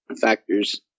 factors